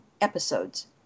episodes